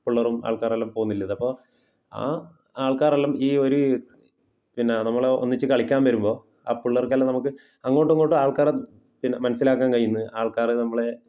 പിള്ളെറും ആൾക്കാരുമെല്ലാം പോന്നില്ലത് അപ്പോൾ ആ ആൾക്കാറെല്ലാം ഈ ഒരു പിന്നെ നമ്മൾ ഒന്നിച്ച് കളിക്കാൻ വരുമ്പോൾ ആ പിള്ളർക്കെല്ലാം നമ്മൾക്ക് അങ്ങോട്ടും ഇങ്ങോട്ടും ആൾക്കാറെ പിന്നെ മനസ്സിലാക്കാൻ കഴിയുന്നു അൾക്കാറെ നമ്മളെ